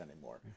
anymore